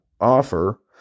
offer